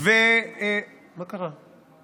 מה קרה?